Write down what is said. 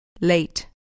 Late